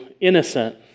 innocent